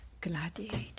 gladiator